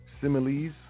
Similes